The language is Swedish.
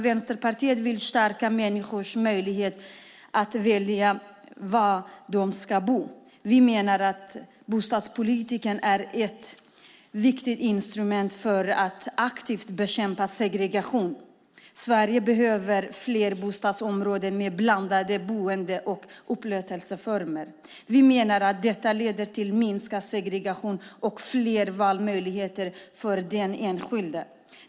Vänsterpartiet vill stärka människors möjligheter att välja var de ska bo. Vi menar att bostadspolitiken är ett viktigt instrument för att aktivt bekämpa segregationen. Sverige behöver fler bostadsområden med blandade boende och upplåtelseformer. Vi menar att det leder till minskad segregation och fler valmöjligheter för den enskilde.